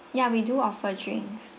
ya we do offer drinks